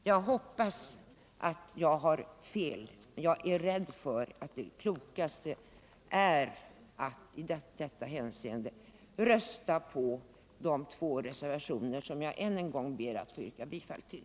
Jag hoppas alltså att jag har fel, men jag är rädd för att det klokaste är att rösta på de två reservationer som jag än en gång ber att få yrka bifall till.